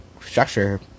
structure